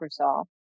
Microsoft